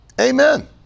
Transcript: Amen